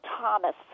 Thomas